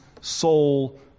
soul